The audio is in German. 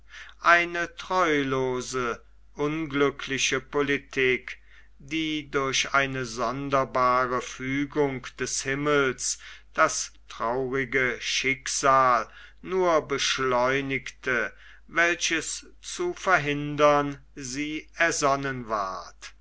eine treulose unglückliche politik die durch eine sonderbare fügung des himmels das traurige schicksal nur beschleunigte welches zu verhindern sie